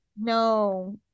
no